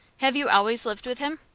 have you always lived with him?